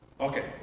Okay